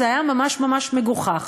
זה היה ממש ממש מגוחך.